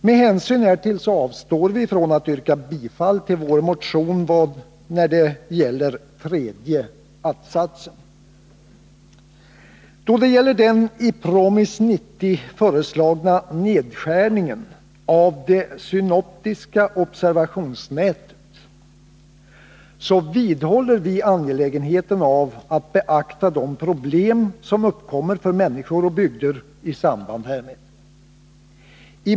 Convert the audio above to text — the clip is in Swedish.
Med hänsyn härtill avstår vi från att yrka bifall till vår motion i vad gäller tredje att-satsen. Då det gäller den i PROMIS 90 föreslagna nedskärningen av det synoptiska observationsnätet vidhåller vi angelägenheten av att beakta de problem som uppkommer för människor och bygder i samband med en sådan nedskärning.